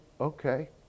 okay